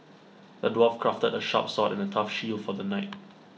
the dwarf crafted A sharp sword and A tough shield for the knight